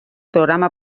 programa